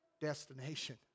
destination